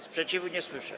Sprzeciwu nie słyszę.